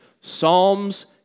psalms